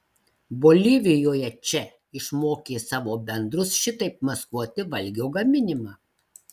bolivijoje če išmokė savo bendrus šitaip maskuoti valgio gaminimą